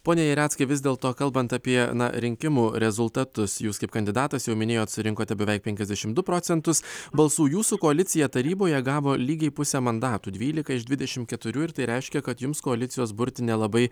pone jareckai vis dėlto kalbant apie rinkimų rezultatus jūs kaip kandidatas jau minėjot surinkote beveik penkisdešimt du procentus balsų jūsų koalicija taryboje gavo lygiai pusę mandatų dvylika iš dvidešimt keturių ir tai reiškia kad jums koalicijos burti nelabai